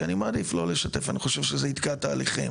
כי אני מעדיף לא לשתף ואני חושב שזה יתקע תהליכים.